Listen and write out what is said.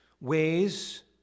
ways